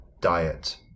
diet